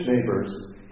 neighbors